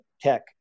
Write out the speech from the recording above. tech